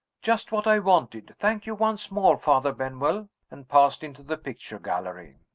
just what i wanted thank you once more, father benwell and passed into the picture gallery.